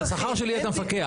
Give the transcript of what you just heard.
על השכר שלי אתה מפקח.